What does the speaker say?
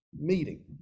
meeting